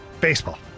baseball